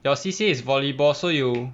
your C_C_A is volleyball so you